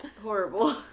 horrible